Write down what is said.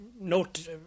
note